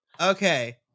Okay